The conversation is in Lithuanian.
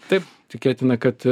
taip tikėtina kad